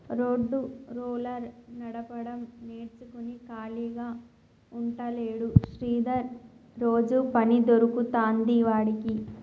road roller నడపడం నేర్చుకుని ఖాళీగా ఉంటలేడు శ్రీధర్ రోజు పని దొరుకుతాంది వాడికి